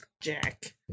Jack